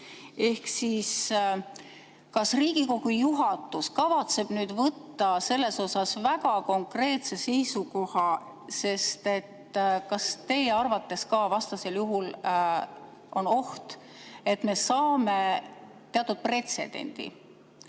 Ehk siis: kas Riigikogu juhatus kavatseb võtta selles osas väga konkreetse seisukoha? Kas teie arvates ka vastasel juhul on oht, et me saame teatud pretsedendi,